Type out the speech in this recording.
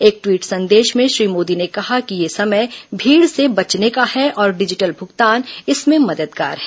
एक ट्वीट संदेश में श्री मोदी ने कहा कि यह समय भीड़ से बचने का है और डिजिटल भुगतान इसमें मददगार है